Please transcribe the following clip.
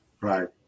Right